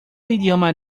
idioma